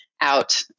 out